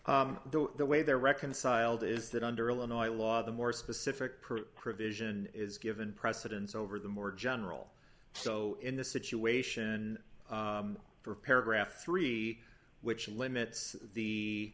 the way they're reconciled is that under illinois law the more specific per provision is given precedence over the more general so in the situation for paragraph three which limits the